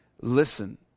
listen